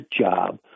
job